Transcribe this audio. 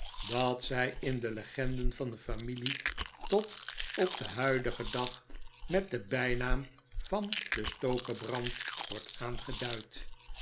dat zij in de legenden van de familie tot op den huidigen dag met den bijnaam van de stokebrand wordt aangeduid